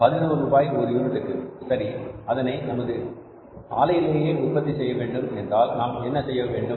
பதினோரு ரூபாய் ஒரு யூனிட்டுக்கு சரி அதனை நமது ஆலையிலேயே உற்பத்தி செய்ய வேண்டும் என்றால் நாம் என்ன செய்ய வேண்டும்